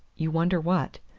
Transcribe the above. you wonder what?